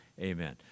amen